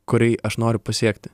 kurį aš noriu pasiekti